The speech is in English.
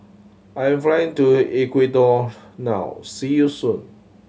I am flying to Ecuador now see you soon